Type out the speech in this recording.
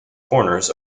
corners